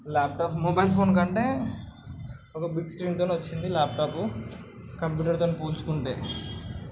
laptop mobile phone కంటే ఒక big స్క్రీన్తో వచ్చింది ల్యాప్టాప్ కంప్యూటర్తో పోల్చుకుంటే